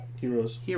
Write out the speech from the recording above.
Heroes